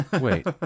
Wait